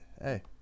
Hey